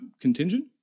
contingent